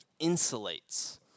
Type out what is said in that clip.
insulates